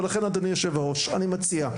לכן אדוני היו"ר אני מציע,